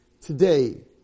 today